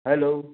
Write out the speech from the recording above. hello